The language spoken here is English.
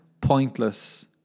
pointless